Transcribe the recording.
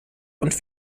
und